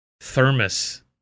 thermos